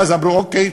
ואז אמרו: אוקיי,